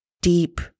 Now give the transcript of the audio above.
deep